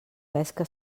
pesca